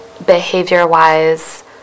behavior-wise